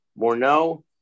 Morneau